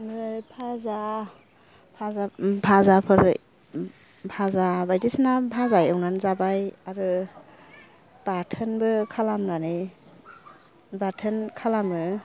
बिदिनो भाजा भाजा भाजाफोर भाजा बायदिसिना भाजा एवनानै जाबाय आरो बाथोनबो खालामनानै बाथोन खालामो